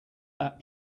that